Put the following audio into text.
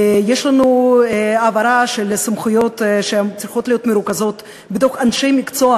יש לנו העברה של סמכויות שצריכות להיות מרוכזות בידי אנשי מקצוע